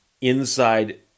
inside